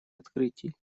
открытий